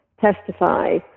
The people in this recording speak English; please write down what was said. testify